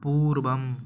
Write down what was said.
पूर्वम्